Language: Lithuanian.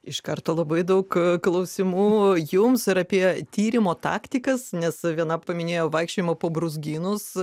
iš karto labai daug klausimų jums ir apie tyrimo taktikas nes viena paminėjo vaikščiojimą po brūzgynus